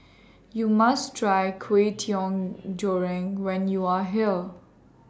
YOU must Try Kway Teow Goreng when YOU Are here